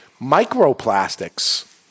Microplastics